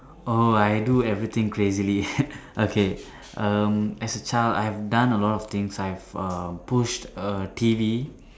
oh I do everything crazily okay um as a child I have done a lot of things I have um pushed a T_V